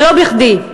ולא בכדי.